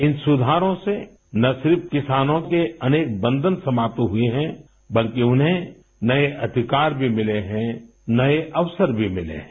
इन सुधारों से न सिर्फ किसानों के अनेक बंधन समाप्त हुये हैं बल्कि उन्हें नये अधिकार भी मिले हैं नये अवसर भी मिले हैं